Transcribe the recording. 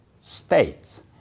states